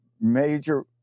major